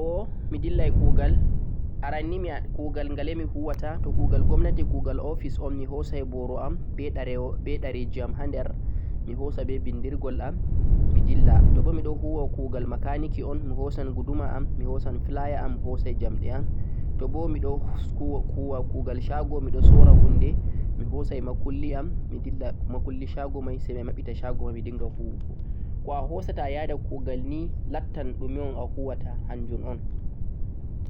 To mi kuwowo mi dillay kuugal, aran nii annday kuugal ngale mi huwaata to kuugal 'gomnati' kuugal 'office' on mi hoosay boro am be ɗereeji am ha nder mi hoosa be binndirgol am mi dilla. Tobo miɗon huwa kuugal makaniki on mi hoosan guduma'am, mi hoosan flaya am, mi hoosay njamɗe am. tobo miɗon wuwa kuugal shago miɗon soora huunde mihoosay ma kulli am mi dilla say mi mabɓeta shago midinnga huwugo. ko'a hoosata ayada kuugal nii lattan ɗume'on a huwaata.